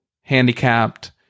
handicapped